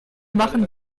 machen